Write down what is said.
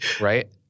right